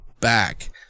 back